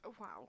Wow